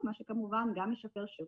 אני מזכירה שזה מאוד מאוד חשוב.,